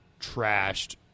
trashed